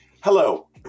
Hello